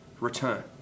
return